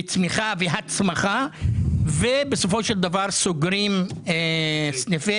לצמיחה והצמח ובסופו של דבר סוגרים סניפי